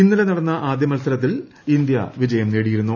ഇന്നലെ നടന്ന ആദ്യ മത്സരത്തിൽ ഇന്ത്യ വിജയം നേടിയിരുന്നു